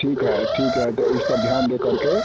ठीक है ठीक है तो इस पर ध्यान दे कर के